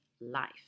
life